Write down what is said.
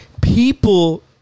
People